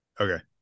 Okay